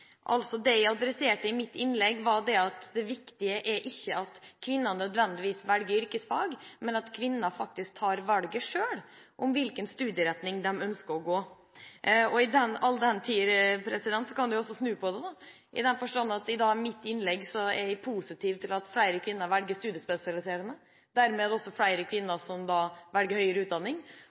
Det jeg adresserte i mitt innlegg, var at det viktige er ikke at kvinner nødvendigvis velger yrkesfag, men at kvinner selv velger hvilken studieretning de ønsker. Så kan en jo snu på det – i den forstand at jeg i mitt innlegg var positiv til at flere kvinner velger studiespesialisering. Dermed er det også flere kvinner som velger høyere utdanning,